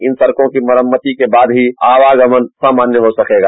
इन सड़कों की मरम्मति के बाद ही आवागमन सामान्य हो सकेगा